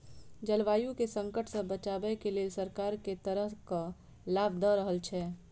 जलवायु केँ संकट सऽ बचाबै केँ लेल सरकार केँ तरहक लाभ दऽ रहल छै?